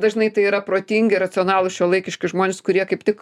dažnai tai yra protingi racionalūs šiuolaikiški žmonės kurie kaip tik